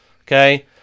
Okay